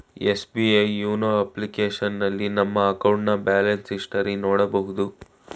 SBI YONO ಅಪ್ಲಿಕೇಶನ್ನಲ್ಲಿ ನಮ್ಮ ಅಕೌಂಟ್ನ ಬ್ಯಾಲೆನ್ಸ್ ಹಿಸ್ಟರಿ ನೋಡಬೋದು